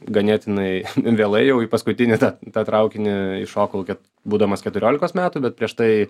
ganėtinai vėlai jau į paskutinį tą traukinį įšokau ket būdamas keturiolikos metų bet prieš tai